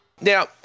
Now